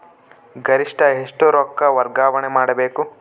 ಗರಿಷ್ಠ ಎಷ್ಟು ರೊಕ್ಕ ವರ್ಗಾವಣೆ ಮಾಡಬಹುದು?